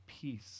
Peace